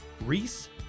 Reese